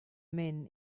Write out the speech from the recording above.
men